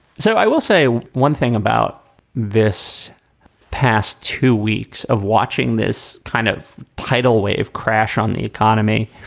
so i will say one thing about this past two weeks of watching this kind of tidal wave crash on the economy.